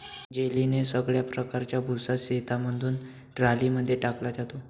जेलीने सगळ्या प्रकारचा भुसा शेतामधून ट्रॉली मध्ये टाकला जातो